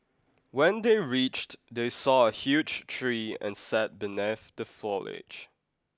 when they reached they saw a huge tree and sat beneath the foliage